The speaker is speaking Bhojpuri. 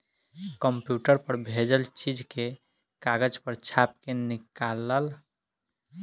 कंप्यूटर पर भेजल चीज के कागज पर छाप के निकाल ल